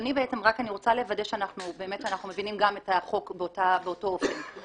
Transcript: אני רוצה לוודא שאנחנו מבינים את החוק באותו אופן.